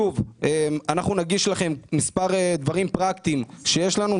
אנחנו נגיש לכם מספר דברים פרקטיים שיש לנו,